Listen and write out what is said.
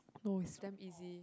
no is damn easy